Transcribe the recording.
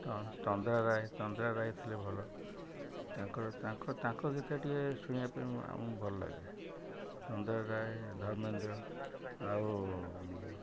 ତନ୍ଦ୍ରା ରାଏ ତନ୍ଦ୍ରା ରାୟ ଥିଲେ ଭଲ ତାଙ୍କର ତାଙ୍କ ତାଙ୍କ ଗୀତ ଟିକେ ଶୁଣିବା ପାଇଁ ଆମକୁ ଭଲ ଲାଗେ ତନ୍ଦ୍ରା ରାଏ ଧର୍ମେନ୍ଦ୍ର ଆଉ